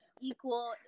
Equal